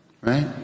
right